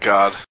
God